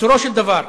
קיצורו של דבר,